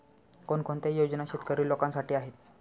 कोणकोणत्या योजना शेतकरी लोकांसाठी आहेत?